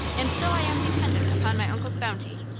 and still i am dependent upon my uncle's bounty.